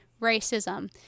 racism